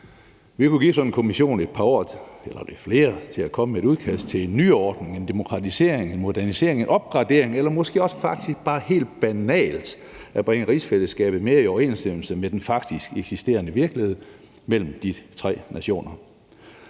Vi kunne give sådan en kommission et par år eller lidt flere til at komme med et udkast til en nyordning, en demokratisering, en modernisering, en opgradering af rigsfællesskabet eller måske faktisk til bare helt banalt at komme med et forslag til at bringe rigsfællesskabet mere i overensstemmelse med den faktisk eksisterende virkelighed mellem de tre nationer.